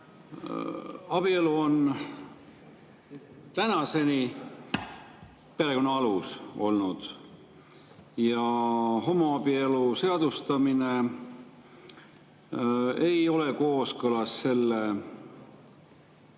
Abielu on tänaseni perekonna alus olnud ja homoabielu seadustamine ei ole kooskõlas selle